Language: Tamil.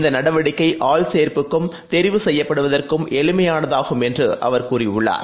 இந்தநடவடிக்கைஆள்சேர்ப்புக்கும் தெரிவு செய்யப்படுவதற்கும் எளிமையானதாகும் என்றுஅவர் கூறியுள்ளார்